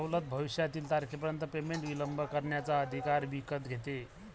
सवलत भविष्यातील तारखेपर्यंत पेमेंट विलंब करण्याचा अधिकार विकत घेते